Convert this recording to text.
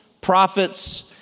prophets